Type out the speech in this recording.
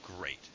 great